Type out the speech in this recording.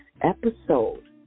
episode